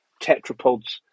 tetrapods